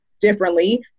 differently